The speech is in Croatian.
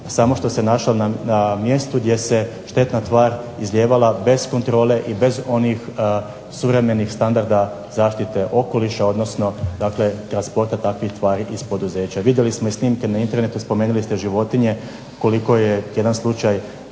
samo što se našla na mjestu gdje se štetna tvar izlijevala bez kontrole i bez onih suvremenih standarda zaštite okoliša odnosno transporta takvih tvari iz poduzeća. Vidjeli smo snimke na internetu, spomenuli ste životinje koliko je jedan slučaj